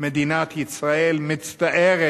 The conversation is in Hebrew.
מדינת ישראל מצטערת